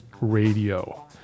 Radio